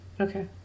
Okay